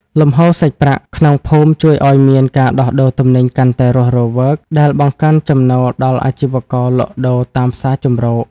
លំហូរសាច់ប្រាក់ក្នុងភូមិជួយឱ្យមានការដោះដូរទំនិញកាន់តែរស់រវើក ដែលបង្កើនចំណូលដល់អាជីវករលក់ដូរតាមផ្សារជម្រក។